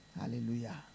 Hallelujah